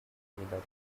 anybody